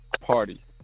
party